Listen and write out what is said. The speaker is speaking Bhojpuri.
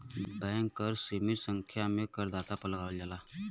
बैंक कर सीमित संख्या में करदाता पर लगावल जाला